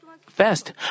fast